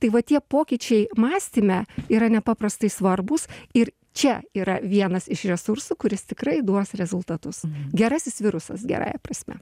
tai va tie pokyčiai mąstyme yra nepaprastai svarbūs ir čia yra vienas iš resursų kuris tikrai duos rezultatus gerasis virusas gerąja prasme